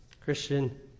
Christian